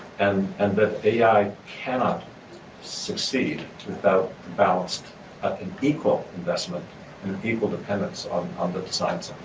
and and that ai cannot succeed without balanced and equal investment and equal dependence on on the design